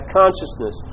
consciousness